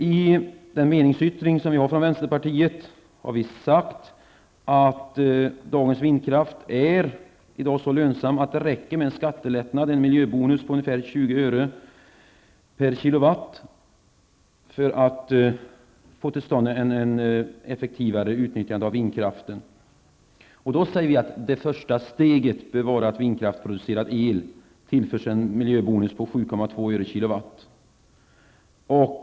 I den meningsyttring som vi från vänsterpartiet har, har vi sagt att dagens vindkraftverk är så pass lönsamma att det räcker med en skattelättnad, en miljöbonus på ungefär 20 öre kWh.